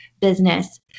business